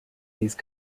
these